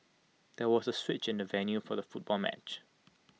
there was A switch in the venue for the football match